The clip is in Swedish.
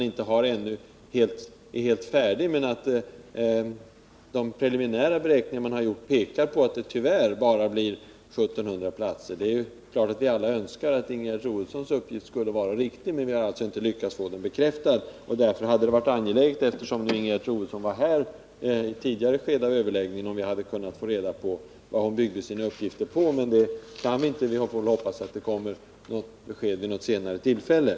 Denna är inte helt färdig ännu, men de preliminära beräkningarna tyder på att det tyvärr blir bara 1700 platser. Det är klart att alla önskar att Ingegerd Troedssons uppgift skulle vara riktig, men vi har alltså inte lyckats få den bekräftad. Eftersom Ingegerd Troedsson var här i ett tidigare skede av överläggningen, hade det varit bra om vi hade kunnat få reda på vad hon bygger sin uppgift på. Vi får hoppas att det kommer något besked vid ett senare tillfälle.